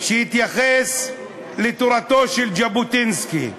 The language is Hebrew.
שהתייחס לתורתו של ז'בוטינסקי.